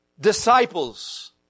disciples